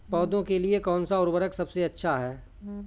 पौधों के लिए कौन सा उर्वरक सबसे अच्छा है?